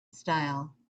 style